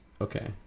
okay